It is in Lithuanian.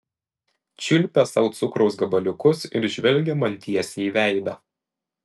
čiulpė sau cukraus gabaliukus ir žvelgė man tiesiai į veidą